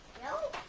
know